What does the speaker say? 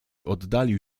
oddalił